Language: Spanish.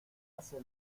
hace